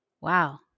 Wow